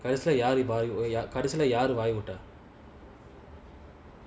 கடைசிலயாருகடைசிலயாருவாய்விட்டா:kadaisila yaru kadaisila yaru vaivita